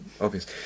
obvious